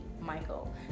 Michael